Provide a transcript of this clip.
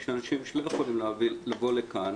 יש אנשים שלא יכולים לבוא לכאן